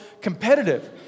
competitive